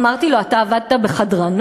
אמרתי לו: אתה עבדת בחדרנות?